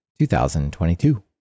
2022